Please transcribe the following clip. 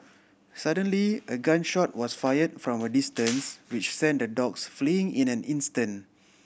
suddenly a gun shot was fired from a distance which sent the dogs fleeing in an instant